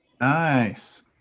Nice